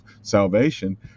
salvation